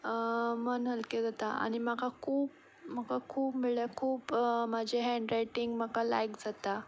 मन हलकें जाता आनी म्हाका खूब म्हाका खूब म्हणल्या खूब म्हजें हँडरायटींग म्हाका लायक जाता